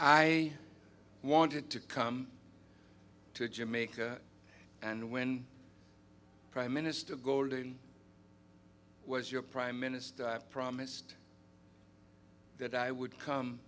i wanted to come to jamaica and when prime minister gordon was your prime minister i promised that i would come